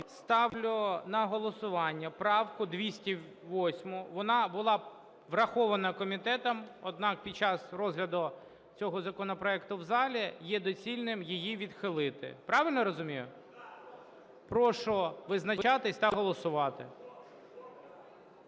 Ставлю на голосування правку 208. Вона була врахована комітетом, однак під час розгляду законопроекту в залі є доцільним її відхилити. Правильно я розумію? Прошу визначатись та голосувати.